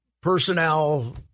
personnel